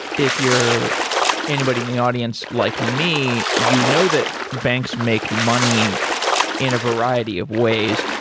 if your anybody in the audience like me, you know that banks make money in a variety of ways.